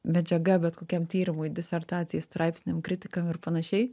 medžiaga bet kokiam tyrimui disertacijai straipsniam kritikam ir panašiai